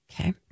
Okay